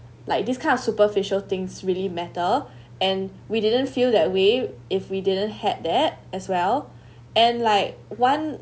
like this kind of superficial things really matter and we didn't feel that way if we didn't had that as well and like one